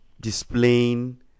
displaying